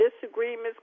disagreements